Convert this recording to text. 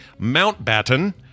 Mountbatten